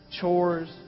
chores